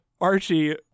Archie